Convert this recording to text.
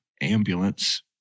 Ambulance